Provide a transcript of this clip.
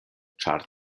ĉar